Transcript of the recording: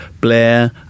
Blair